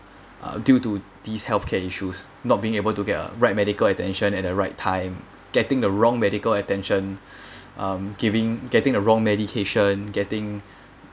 uh due to these healthcare issues not being able to get a right medical attention at the right time getting the wrong medical attention um giving getting a wrong medication getting